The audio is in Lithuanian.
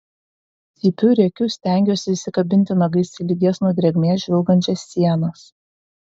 cypiu rėkiu stengiuosi įsikabinti nagais į lygias nuo drėgmės žvilgančias sienas